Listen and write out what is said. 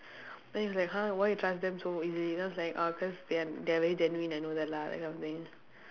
then he's like !huh! why you trust them so easily then I was like ah cause they are they are very genuine I know that lah that kind of thing